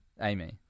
Amy